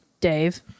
Dave